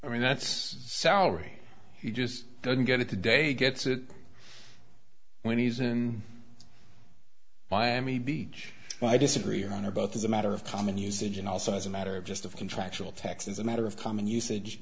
i mean that's salary he just doesn't get it the day he gets it when he's in miami beach but i disagree your honor both as a matter of common usage and also as a matter of just of contractual tax is a matter of common usage